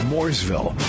Mooresville